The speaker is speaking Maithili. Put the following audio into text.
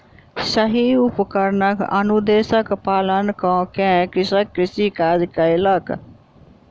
सही उपकरण अनुदेशक पालन कअ के कृषक कृषि काज कयलक